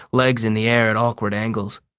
legs in the air at awkward angles.